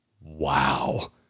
wow